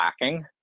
lacking